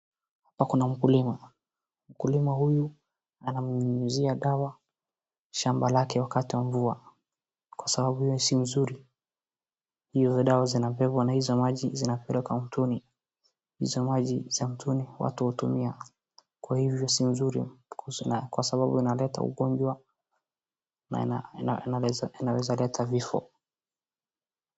pako na mkulima, mkulima uyu ananyunyuzia dawa shamba lake wakati wa mvua kwa sababu iyo si mzuri hizo dawa zinabebwa na hiyo maji inapelekwa mtoni iyo maji ya mtoni watu hutumia kwa hivyo sio nzuri kwa sababu zinaleta magonjwa na fifo